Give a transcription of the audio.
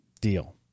deal